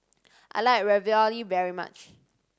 I like Ravioli very much